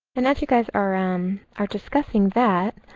and as you guys are and are discussing that,